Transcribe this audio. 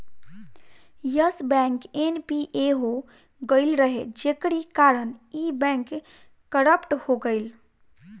Yes bank NPA हो गईल रहे जेकरी कारण इ बैंक करप्ट हो गईल